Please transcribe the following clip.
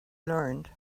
learned